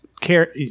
care